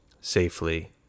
safely